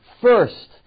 First